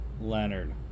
Leonard